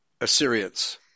Assyrians